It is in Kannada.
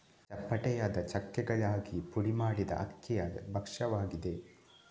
ಚಪ್ಪಟೆಯಾದ ಚಕ್ಕೆಗಳಾಗಿ ಪುಡಿ ಮಾಡಿದ ಅಕ್ಕಿಯ ಭಕ್ಷ್ಯವಾಗಿದೆ